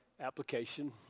application